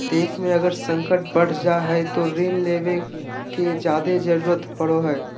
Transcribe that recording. देश मे अगर संकट बढ़ जा हय तो ऋण लेवे के जादे जरूरत पड़ो हय